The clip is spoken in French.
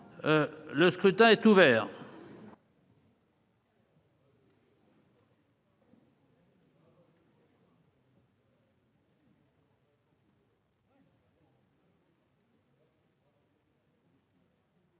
Le scrutin est ouvert.